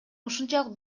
ушунчалык